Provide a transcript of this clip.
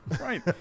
Right